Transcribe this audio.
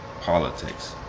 Politics